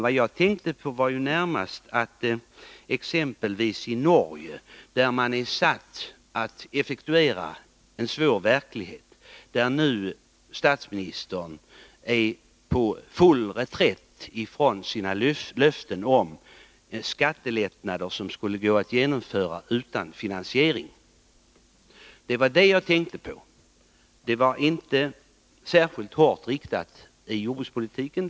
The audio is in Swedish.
Vad jag tänkte på var närmast situationen i Norge, där regeringen är satt att effektuera beslut i en svår verklighet, och där statsministern nu är på full reträtt från sina löften om skattelättnader, som skulle gå att genomföra utan finansiering. Det var det jag tänkte på. Min kritik var inte särskilt hårt riktad mot jordbrukspolitiken.